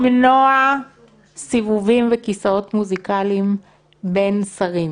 המטרה היא למנוע סיבובים וכיסאות מוזיקליים בין שרים.